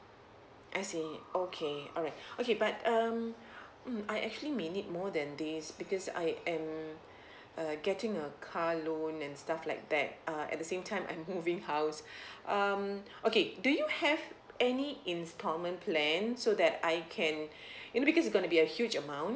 I see okay alright okay but um mm I actually may need more than days because I am uh getting a car loan and stuff like that uh at the same time I'm moving house um okay do you have any installment plan so that I can you know because it's going to be a huge amount